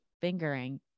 fingering